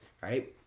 right